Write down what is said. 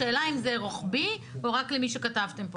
השאלה אם זה רוחבי או רק למי שכתבתם פה?